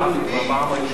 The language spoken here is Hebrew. בסטטוס היהודי,